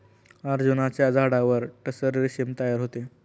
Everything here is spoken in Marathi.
अर्जुनाच्या झाडावर टसर रेशीम तयार होते